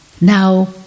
Now